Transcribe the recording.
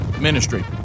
ministry